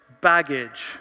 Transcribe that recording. baggage